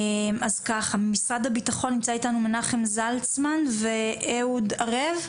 ממשרד הביטחון נמצא אתנו מנחם זלצמן, ואהוד ערב.